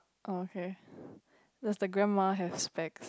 okay does the grandma has specs